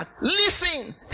listen